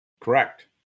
Correct